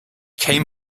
came